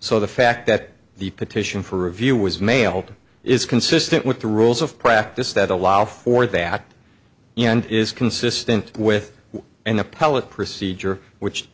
so the fact that the petition for review was mailed is consistent with the rules of practice that allow for that and is consistent with an appellate procedure which